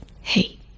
Hey